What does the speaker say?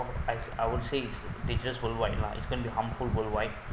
I I would say is dangerous worldwide lah it's gonna be harmful worldwide